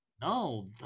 No